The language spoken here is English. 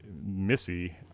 Missy